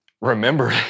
remember